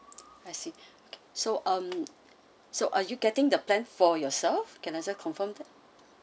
I see so um so are you getting the plan for yourself can I just confirm for